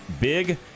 big